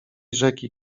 rzeki